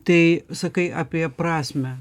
tai sakai apie prasmę